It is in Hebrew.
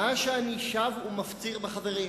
אני שב ומפציר בחברים,